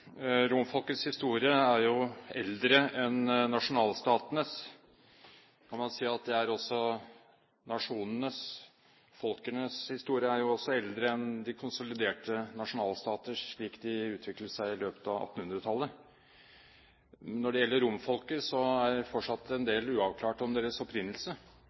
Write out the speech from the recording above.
Romfolkets historie er eldre enn nasjonalstatenes. Så kan man jo si at alt folks historie også er eldre enn de konsoliderte nasjonalstater slik de utviklet seg i løpet av 1800-tallet. Når det gjelder romfolket, er fortsatt en del uavklart om deres opprinnelse,